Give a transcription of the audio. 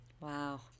Wow